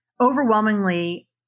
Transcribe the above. overwhelmingly